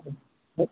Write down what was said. ହ ହ